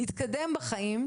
להתקדם בחיים,